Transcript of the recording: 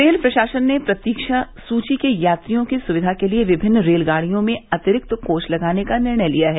rail प्रशासन ने प्रतीक्षा सूची के यात्रियों की सुक्विा के लिए विभिन्न रेलगाड़ियों मे अतिरिक्त कोच लगाने का निर्णय लिया है